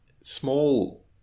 small